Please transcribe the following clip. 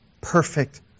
perfect